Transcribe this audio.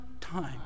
time